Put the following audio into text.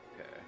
Okay